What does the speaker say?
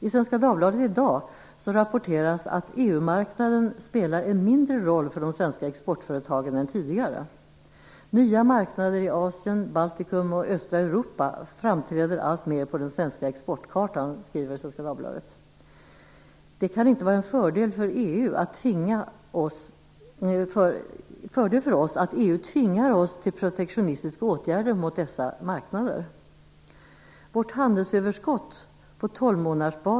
I Svenska Dagbladet i dag rapporteras att EU-marknaden spelar en mindre roll för de svenska exportföretagen än tidigare. Nya marknader i Asien, Baltikum och östra Europa framträder alltmer på den svenska exportkartan, skriver Svenska Dagbladet. Det kan inte vara en fördel att EU tvingar oss till protektionistiska åtgärder mot dessa marknader.